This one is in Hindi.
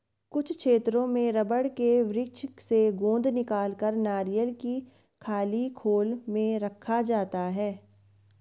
कुछ क्षेत्रों में रबड़ के वृक्ष से गोंद निकालकर नारियल की खाली खोल में रखा जाता है